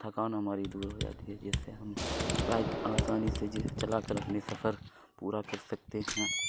تھکان ہماری دور ہو جاتی ہے جس سے ہم بائک آسانی سے چلا کر اپنی سفر پورا کر سکتے ہیں